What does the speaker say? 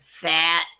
Fat